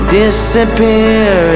disappear